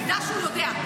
מידע שהוא יודע.